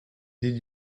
did